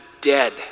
dead